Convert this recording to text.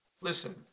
Listen